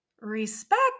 respect